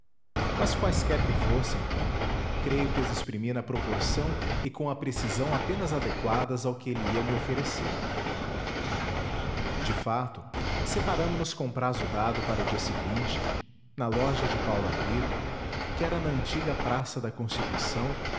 mas quaisquer que fossem creio que as exprimi na proporção e com a precisão apenas adequadas ao que ele me ia oferecer de fato separamo-nos com prazo dado para o dia seguinte na loja de paula brito que era na antiga praça da constituição